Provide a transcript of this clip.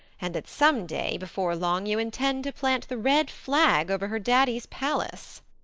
and that some day, before long, you intend to plant the red flag over her daddy's palace.